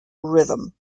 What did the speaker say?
rhythm